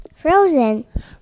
Frozen